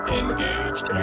engaged